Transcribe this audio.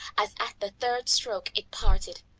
as at the third stroke it parted.